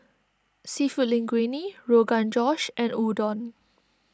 Seafood Linguine Rogan Josh and Udon